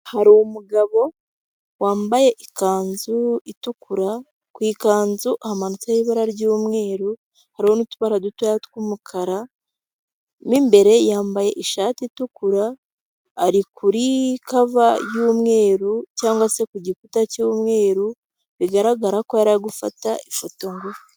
Hari umugabo wambaye ikanzu itukura, ku ikanzu amanitseho ibara ry'umweru, hariho n'utubara dutoya tw'umukara mu imbere yambaye ishati itukura, ari kuri kava y'umweru cyangwa se ku gikuta cy'umweru bigaragara ko yari ari gufata ifoto ngufi.